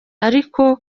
ariko